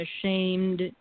ashamed